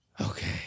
Okay